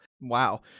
Wow